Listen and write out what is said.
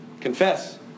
Confess